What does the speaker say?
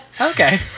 Okay